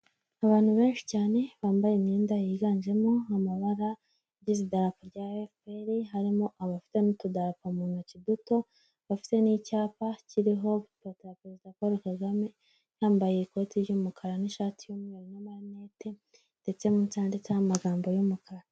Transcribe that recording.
Abantu benshi cyane, bambaye imyenda yiganjemo amabara agize idarapo rya FPR, harimo abafite n'utudarapfa mu ntoki duto, bafite n'icyapa kiriho ifoto ya perezida Paul Kagame, yambaye ikoti ry'umukara n'ishati y'umweru n'amarinete ndetse munsi handitse n'amagambo y'umukara.